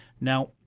Now